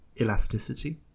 elasticity